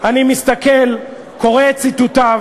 אני מסתכל, קורא את ציטוטיו